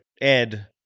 Ed